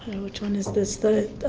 which one is this, the